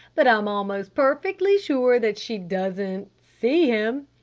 but i'm almost perfectly sure that she doesn't. see him.